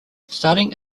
starting